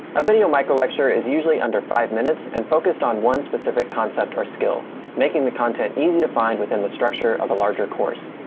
a video micro lecture is usually under five minutes and focused on one specific concept or skill making the content easy to find within the structure of a larger course.